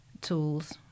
tools